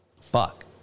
fuck